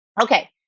okay